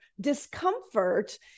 discomfort